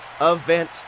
event